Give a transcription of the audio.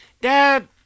dad